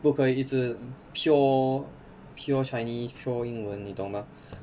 不可以一直 pure pure chinese pure 英文你懂吗